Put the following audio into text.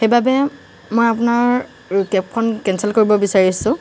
সেইবাবে মই আপোনাৰ কেবখন কেনচেল কৰিব বিচাৰিছোঁ